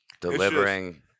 delivering